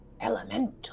elemental